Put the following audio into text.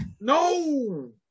No